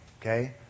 Okay